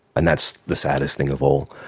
and that's the saddest thing of all.